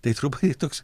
tai truputį toks